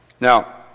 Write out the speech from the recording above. Now